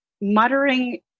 muttering